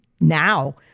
now